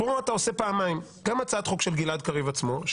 פה אתה עושה פעמיים: גם הצעת חוק של גלעד קריב עצמו,